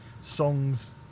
songs